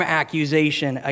accusation